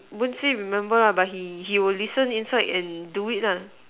won't say remember lah but he will listen inside and do it lah